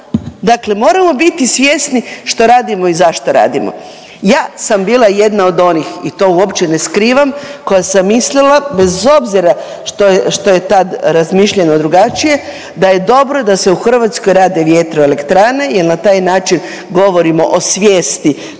tajniče, suradnice, kolegice i kolege. 3:00; 6:60. Ja sam bila jedna od onih i to uopće ne skrivam koja sam mislila, bez obzira što je tad razmišljano drugačije da je dobro da se u Hrvatskoj rade vjetroelektrane jer na taj način govorimo o svijesti